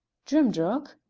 drimdarroch?